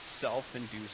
self-induced